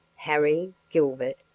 harry, gilbert,